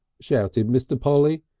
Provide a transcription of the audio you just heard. shouted mr. polly,